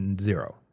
zero